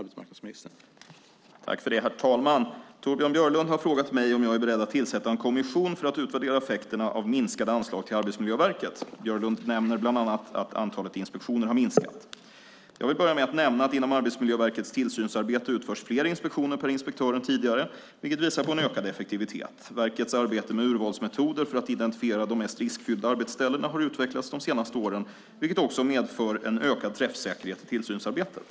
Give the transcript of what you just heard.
Herr talman! Torbjörn Björlund har frågat mig om jag är beredd att tillsätta en kommission för att utvärdera effekterna av minskade anslag till Arbetsmiljöverket. Björlund nämner bland annat att antalet inspektioner har minskat. Jag vill börja med att nämna att inom Arbetsmiljöverkets tillsynsarbete utförs fler inspektioner per inspektör än tidigare, vilket visar på en ökad effektivitet. Verkets arbete med urvalsmetoder för att identifiera de mest riskfyllda arbetsställena har utvecklats de senaste åren vilket också medför en ökad träffsäkerhet i tillsynsarbetet.